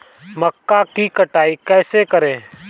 मक्का की कटाई कैसे करें?